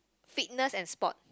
fitness and sport